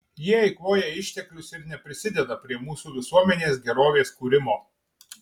jie eikvoja išteklius ir neprisideda prie mūsų visuomenės gerovės kūrimo